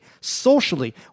socially